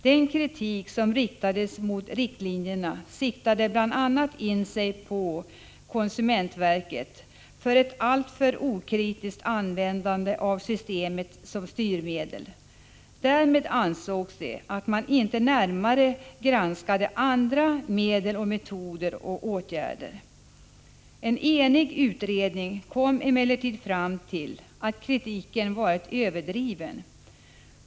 Den kritik som framfördes mot riktlinjerna gick bl.a. ut på att konsumentverket alltför okritiskt använt systemet som styrmedel. Därmed ansågs det att man inte närmare granskade andra medel, metoder och åtgärder. En enig utredning kom emellertid fram till att kritiken varit överdriven.